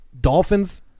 Dolphins